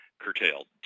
curtailed